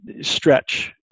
stretch